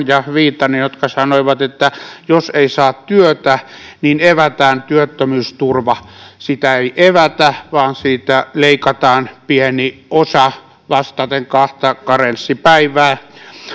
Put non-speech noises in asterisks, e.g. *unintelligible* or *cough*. *unintelligible* ja viitanen jotka sanoivat että jos ei saa työtä niin evätään työttömyysturva sitä ei evätä vaan siitä leikataan pieni osa vastaten kahta karenssipäivää